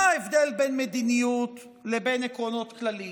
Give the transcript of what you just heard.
מה ההבדל בין מדיניות לבין עקרונות כלליים?